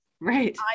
Right